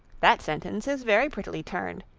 that sentence is very prettily turned.